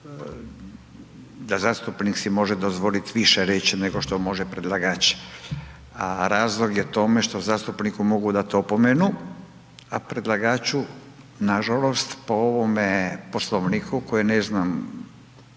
si zastupnik može dozvoliti više reći nego što može predlagač, a razlog je tome što zastupniku mogu dati opomenu, a predlagaču nažalost po ovome Poslovniku koje ne znam